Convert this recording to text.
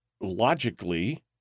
logically